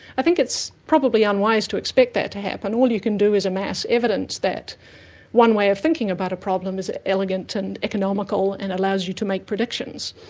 i think it's probably unwise to expect to happen. all you can do is amass evidence that one way of thinking about a problem is elegant and economical and allows you to make predictions.